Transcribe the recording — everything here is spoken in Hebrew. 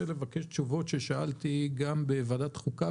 רוצה לקבל תשובות לשאלות ששאלתי גם בוועדת חוקה